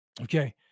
okay